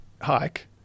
hike